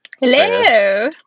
Hello